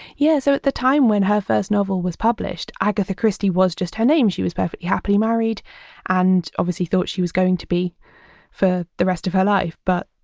yeah. so at the time when her first novel was published, agatha christie was just her name she was perfectly happily married and obviously thought she was going to be for the rest of her life. but,